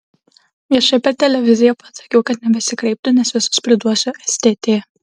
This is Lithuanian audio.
viešai per televiziją pasakiau kad nebesikreiptų nes visus priduosiu stt